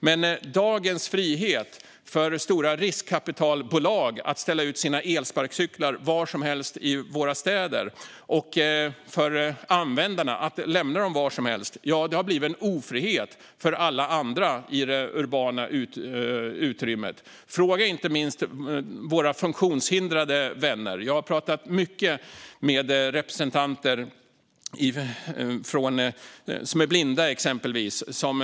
Men dagens frihet för stora riskkapitalbolag att ställa ut sina elsparkcyklar var som helst i våra städer och för användarna att lämna dem var som helst har blivit en ofrihet för alla andra i det urbana utrymmet. Fråga inte minst våra funktionshindrade vänner. Jag har pratat mycket med representanter som är exempelvis blinda.